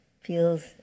feels